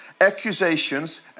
accusations